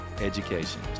education